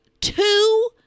two